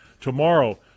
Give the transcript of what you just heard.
Tomorrow